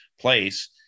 place